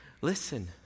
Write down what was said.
Listen